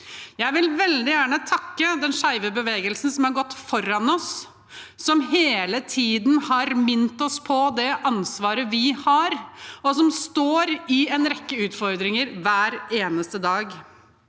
Jeg vil veldig gjerne takke den skeive bevegelsen, som har gått foran oss, som hele tiden har minnet oss på det ansvaret vi har, og som står i en rekke utfordringer hver eneste dag.